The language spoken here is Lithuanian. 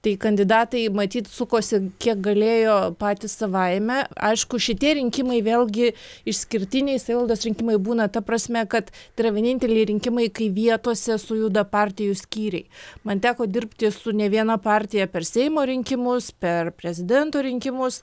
tai kandidatai matyt sukosi kiek galėjo patys savaime aišku šitie rinkimai vėlgi išskirtiniai savivaldos rinkimai būna ta prasme kad yra vieninteliai rinkimai kai vietose sujuda partijų skyriai man teko dirbti su ne viena partija per seimo rinkimus per prezidento rinkimus